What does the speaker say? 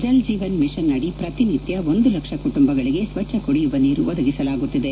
Jal Jeevan mission ಅಡಿ ಪ್ರತಿನಿತ್ನ ಒಂದು ಲಕ್ಷ ಕುಟುಂಬಗಳಿಗೆ ಸ್ತಜ್ಞ ಕುಡಿಯುವ ನೀರು ಒದಗಿಸಲಾಗುತ್ತಿದೆ